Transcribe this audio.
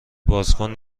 بازکن